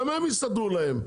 גם הם יסדרו להם,